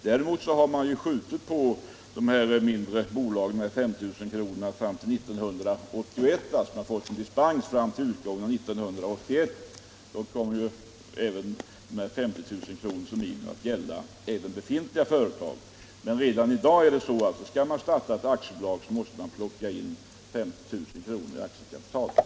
Däremot har man i fråga om 5 000-kronorsbolagen gett dispens fram till utgången av 1981, då 50 000-kronorsgränsen kommer att gälla även för befintliga företag. Men redan i dag måste man alltså satsa 50 000 kr. i aktiekapital, om man vill starta ett aktiebolag.